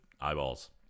eyeballs